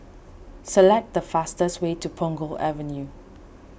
select the fastest way to Punggol Avenue